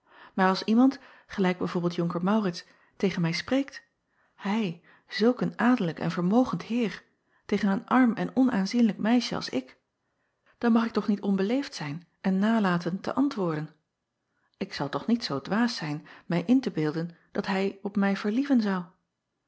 maar als iemand gelijk b v onker aurits tegen mij spreekt hij zulk een adellijk en vermogend eer tegen een arm en onaanzienlijk meisje als ik dan mag ik toch niet onbeleefd zijn en nalaten te antwoorden k zal toch niet zoo dwaas zijn mij in te beelden dat hij op mij verlieven zou